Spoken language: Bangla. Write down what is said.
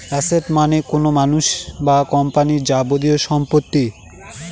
এসেট মানে কোনো মানুষ বা কোম্পানির যাবতীয় সম্পত্তি